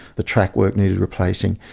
the trackwork needed replacing,